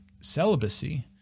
celibacy